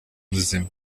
buzima